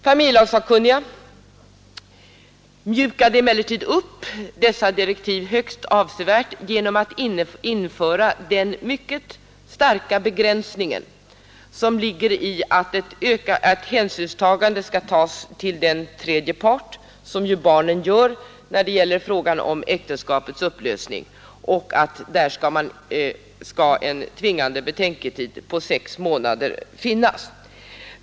Familjelagssakkunniga mjukade emellertid upp dessa direktiv högst väsentligt genom att införa den mycket starka begränsning som ligger i att hänsyn skall tas till den tredje part som barnen utgör vid bedömningen av frågan om äktenskapets upplösning — där skall en tvingande betänketid på sex månader iakttas.